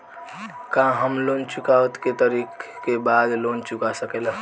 का हम लोन चुकौती के तारीख के बाद लोन चूका सकेला?